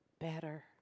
better